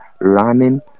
running